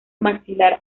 maxilar